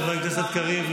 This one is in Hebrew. חבר הכנסת קריב,